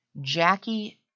Jackie